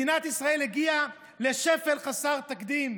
מדינת ישראל הגיעה לשפל חסר תקדים,